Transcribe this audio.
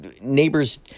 neighbors